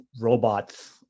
robots